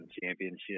championship